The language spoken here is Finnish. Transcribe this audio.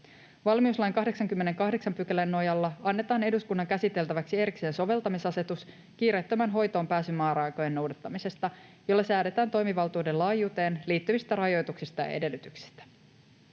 Valmiuslain 88 §:n nojalla annetaan eduskunnan käsiteltäväksi erikseen soveltamisasetus kiireettömään hoitoon pääsyn määräaikojen noudattamisesta, jolla säädetään toimivaltuuden laajuuteen liittyvistä rajoituksista ja edellytyksistä.